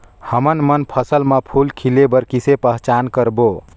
हमन मन फसल म फूल खिले बर किसे पहचान करबो?